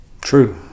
true